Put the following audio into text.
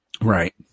Right